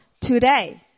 today